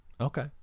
okay